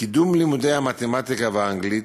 קידום לימודי המתמטיקה והאנגלית,